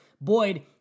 Boyd